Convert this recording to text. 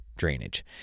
drainage